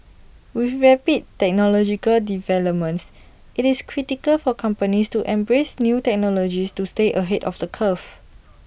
with rapid technological developments IT is critical for companies to embrace new technologies to stay ahead of the curve